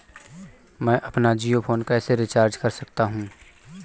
मैं अपना जियो फोन कैसे रिचार्ज कर सकता हूँ?